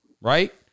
right